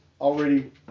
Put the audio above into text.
already